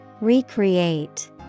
Recreate